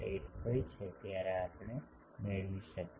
8 હોય છે ત્યારે આપણે મેળવીએ છીએ